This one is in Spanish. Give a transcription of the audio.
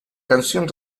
canción